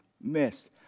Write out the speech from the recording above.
missed